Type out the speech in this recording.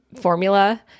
formula